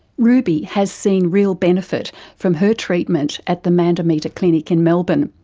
ruby has seen real benefit from her treatment at the mandometer clinic in melbourne,